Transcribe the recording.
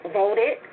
voted